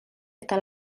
eta